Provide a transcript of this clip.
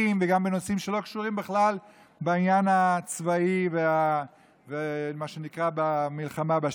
וגם בנושאים שלא קשורים בכלל בעניין הצבאי ובמה שנקרא מלחמה בשטח.